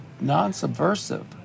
non-subversive